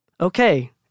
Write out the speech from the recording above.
okay